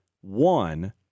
one